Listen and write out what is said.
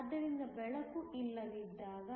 ಆದ್ದರಿಂದ ಬೆಳಕು ಇಲ್ಲದಿದ್ದಾಗ